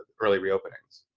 early re-openings.